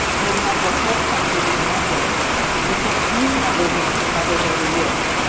for example health centers in rwanda receive huge numbers of teen mothers every year.